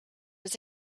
was